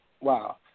Wow